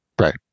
Right